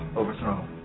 overthrown